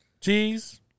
cheese